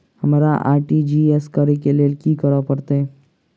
हमरा आर.टी.जी.एस करऽ केँ लेल की करऽ पड़तै?